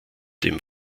den